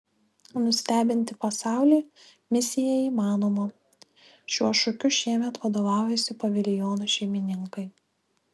nustebinti pasaulį misija įmanoma šiuo šūkiu šiemet vadovaujasi paviljono šeimininkai